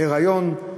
היריון,